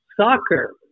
soccer